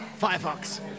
Firefox